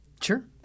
sure